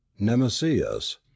nemesius